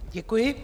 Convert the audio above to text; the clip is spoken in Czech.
Děkuji.